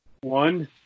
one